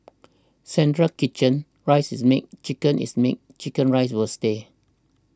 central kitchen rice is made chicken is made Chicken Rice will stay